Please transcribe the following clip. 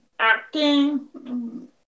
Acting